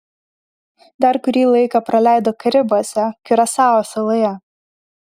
dar kurį laiką praleido karibuose kiurasao saloje